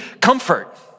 comfort